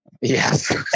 Yes